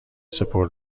سپری